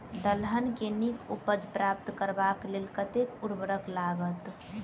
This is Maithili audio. दलहन केँ नीक उपज प्राप्त करबाक लेल कतेक उर्वरक लागत?